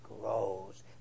grows